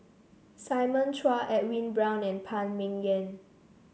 Simon Chua Edwin Brown and Phan Ming Yen